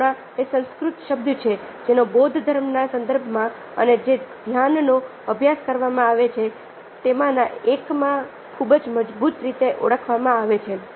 કરુણા એ સંસ્કૃત શબ્દ છે જેને બૌદ્ધ ધર્મના સંદર્ભમાં અને જે ધ્યાનનો અભ્યાસ કરવામાં આવે છે તેમાંના એકમાં ખૂબ જ મજબૂત રીતે ઓળખવામાં આવે છે